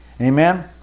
amen